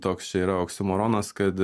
toks čia yra oksimoronas kad